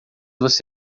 você